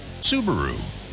Subaru